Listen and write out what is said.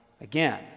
again